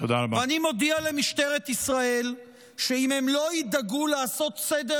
אני מודיע למשטרת ישראל שאם הם לא ידאגו לעשות סדר